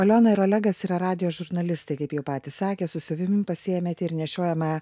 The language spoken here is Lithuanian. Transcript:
aliona ir olegas yra radijo žurnalistai kaip jie patys sakė su savimi pasiėmėt ir nešiojamą